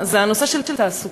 זה הנושא של תעסוקה,